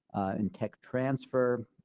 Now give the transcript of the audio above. and tech transfer,